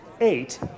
Eight